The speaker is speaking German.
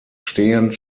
stehend